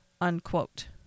Unquote